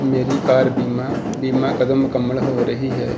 ਮੇਰੀ ਕਾਰ ਬੀਮਾ ਬੀਮਾ ਕਦੋਂ ਮੁਕੰਮਲ ਹੋ ਰਹੀ ਹੈ